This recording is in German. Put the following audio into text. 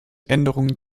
änderungen